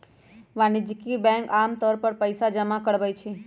वाणिज्यिक बैंक आमतौर पर पइसा जमा करवई छई